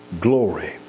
glory